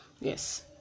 Yes